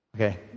Okay